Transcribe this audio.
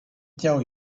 tell